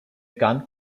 gun